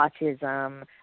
autism